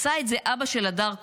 עשה את זה אבא של הדר כהן,